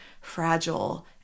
fragile